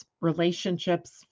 relationships